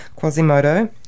Quasimodo